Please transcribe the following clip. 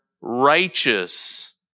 righteous